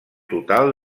total